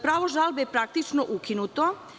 Pravo žalbe je praktično ukinuto.